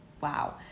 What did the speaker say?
wow